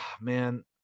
man